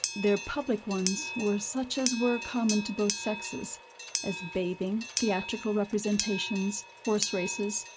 their public ones, were such as were common to both sexes as bathing, theatrical representations, horse-races,